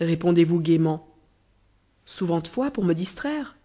répondez-vous gaiement souventes fois pour me distraire